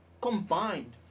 combined